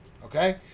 Okay